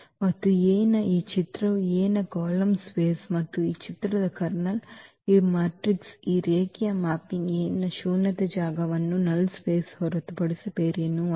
ಮತ್ತು A ಯ ಈ ಚಿತ್ರವು A ಯ ಕಾಲಮ್ ಸ್ಪೇಸ್ ಮತ್ತು ಈ ಚಿತ್ರದ ಕರ್ನಲ್ ಈ ಮ್ಯಾಟ್ರಿಕ್ಸ್ ಈ ರೇಖೀಯ ಮ್ಯಾಪಿಂಗ್ A ಯ ಶೂನ್ಯ ಜಾಗವನ್ನು ಹೊರತುಪಡಿಸಿ ಬೇರೇನೂ ಅಲ್ಲ